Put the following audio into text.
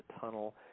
tunnel